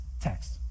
text